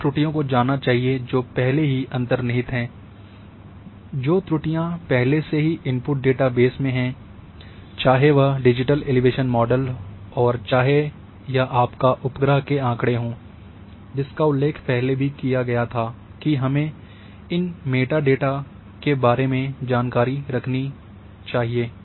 हमें उन त्रुटियों को जानना चाहिए जो पहले से ही अंतर्निहित हैं जो त्रुटियां पहले से ही इनपुट डेटासेट में हैं चाहे वह डिजिटल एलिवेशन मॉडल और चाहे यह आपका उपग्रह का आँकड़े हों जिसका उल्लेख पहले भी किया गया था कि हमें इन मेटा डेटा के बारे में भी जानकारी होनी चाहिए